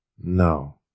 no